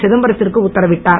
சிதம்பரத்திற்கு உத்தரவிட்டார்